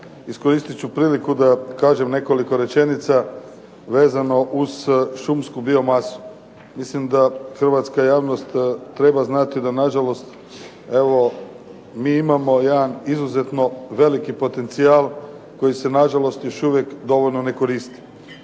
iskoristit ću priliku da kažem nekoliko rečenica vezano uz šumsku biomasu. Mislim da hrvatska javnost treba znati da nažalost evo mi imamo jedan izuzetno veliki potencijal koji se nažalost još uvijek dovoljno ne koristi.